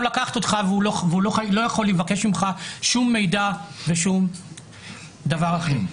לקחת אותך והוא לא יכול לבקש ממך שום מידע ושום דבר אחר.